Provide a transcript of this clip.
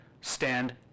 stand